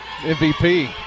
MVP